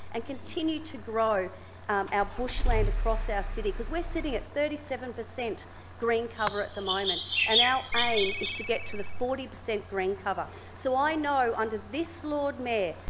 and continue to grow our bushland across our city. because we're sitting at thirty seven percent green cover at the moment, and our aim is to get to the forty percent green cover. so i know under this lord mayor,